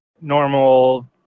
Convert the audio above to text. normal